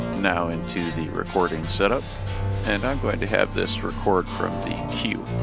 now into the recording setup and i'm going to have this record from the cue,